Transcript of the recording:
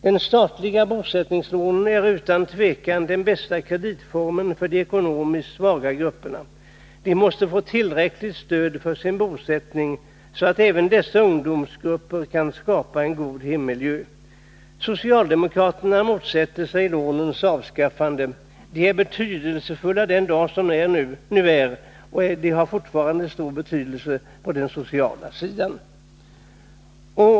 De statliga bosättningslånen är utan tvivel den bästa kreditformen för de ekonomiskt svaga grupperna. De ungdomsgrupper det gäller måste få ett tillräckligt stöd vid sin bosättning, så att även de kan skapa sig en god hemmiljö. Socialdemokraterna motsätter sig lånens avskaffande. Lånen är betydelsefulla den dag som nu är — de har fortfarande stor betydelse på den sociala sidan.